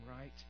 right